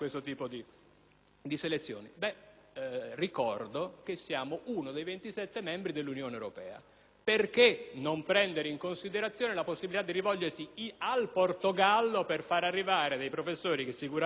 Ricordo che siamo uno dei 27 membri dell'Unione europea: perché non prendere in considerazione la possibilità di rivolgersi al Portogallo per far arrivare professori che sicuramente meglio